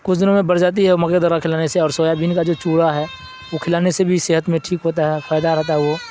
کچ دنوں میں بڑ جاتی ہے مغے دورہ کھلانے سے اور سویابین کا جو چوڑا ہے وہ کھانے سے بھی صحت میں ٹھیک ہوتا ہے فائدہ رہتا ہے وہ